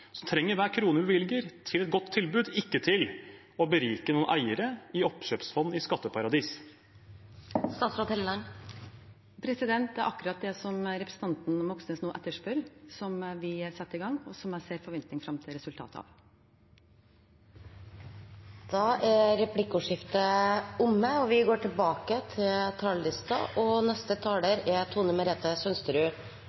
trenger hver krone vi bevilger, til et godt tilbud, ikke til å berike noen eiere i oppkjøpsfond i skatteparadiser. Det er akkurat det som representanten Moxnes nå etterspør, vi setter i gang, og som jeg ser med forventning frem til resultatet av. Da er replikkordskiftet omme.